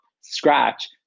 scratch